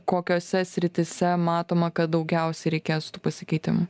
kokiose srityse matoma kad daugiausiai reikės tų pasikeitimų